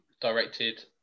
directed